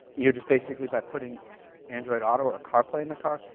you're just basically by putting android auto or carplay in the car,